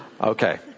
okay